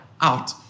out